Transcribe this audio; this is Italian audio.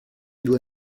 due